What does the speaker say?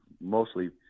mostly